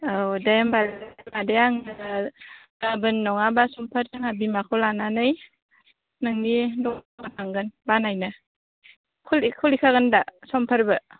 औ दे होनबालाय मादै आङो गाबोन नङाबा संफोर जोंहा बिमाखौ लानानै नोंनि दखानआव थांगोन बानायनो खुलि खुलिखागोनदा समफोरबो